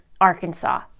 Arkansas